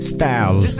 Style